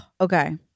Okay